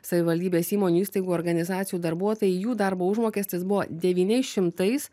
savivaldybės įmonių įstaigų organizacijų darbuotojai jų darbo užmokestis buvo devyniais šimtais